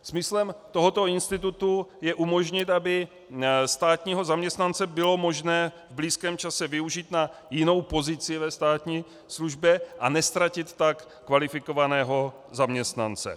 Smyslem tohoto institutu je umožnit, aby státního zaměstnance bylo možné v blízkém čase využít na jinou pozici ve státní službě a neztratit tak kvalifikovaného zaměstnance.